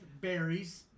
berries